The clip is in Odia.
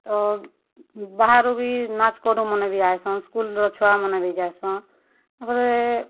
ତ ବାହାରୁ ବି ନାଚ୍କରୁମାନେ ବି ଆଏସନ୍ ସ୍କୁଲ୍ର ଛୁଆମାନେ ବି ଯାଏସନ୍ ତାପରେ